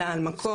אלא על מקום,